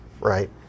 right